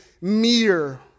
mere